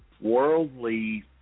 worldly